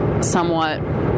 somewhat